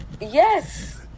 yes